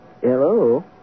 Hello